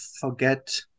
forget